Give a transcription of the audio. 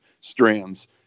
strands